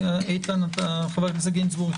חבר הכנסת גינזבורג,